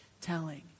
telling